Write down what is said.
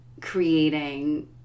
creating